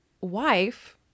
wife